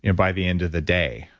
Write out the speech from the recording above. and by the end of the day?